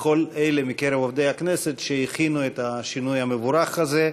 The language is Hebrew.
לכל אלה מקרב עובדי הכנסת שהכינו את השינוי המבורך הזה,